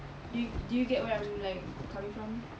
do you do you get where I'm like coming from